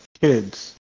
kids